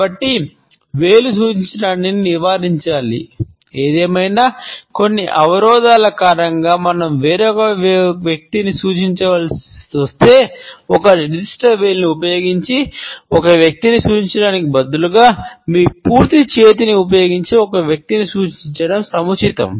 కాబట్టి వేలు సూచించడాన్ని నివారించాలి ఏదేమైనా కొన్ని అవరోధాల కారణంగా మనం వేరొక వ్యక్తిని సూచించవలసి వస్తే ఒక నిర్దిష్ట వేలును ఉపయోగించి ఒక వ్యక్తిని సూచించడానికి బదులుగా మీ పూర్తి చేతిని ఉపయోగించి ఒక వ్యక్తిని సూచించడం సముచితం